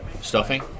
stuffing